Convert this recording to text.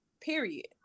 period